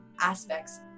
aspects